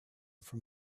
from